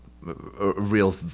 real